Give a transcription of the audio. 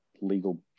legal